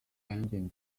engine